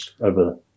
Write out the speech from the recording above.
over